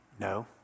No